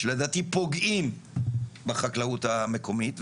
שלדעתי פוגעים בחקלאות המקומית,